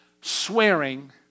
swearing